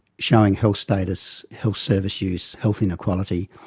showing health status, health service use, health inequality.